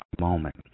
moment